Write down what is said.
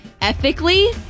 ethically